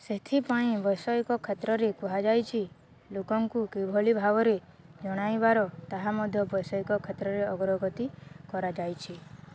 ସେଥିପାଇଁ ବୈଷୟିକ କ୍ଷେତ୍ରରେ କୁହାଯାଇଛି ଲୋକଙ୍କୁ କିଭଳି ଭାବରେ ଜଣାଇବାର ତାହା ମଧ୍ୟ ବୈଷୟିକ କ୍ଷେତ୍ରରେ ଅଗ୍ରଗତି କରାଯାଇଛି